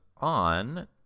on